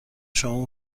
شما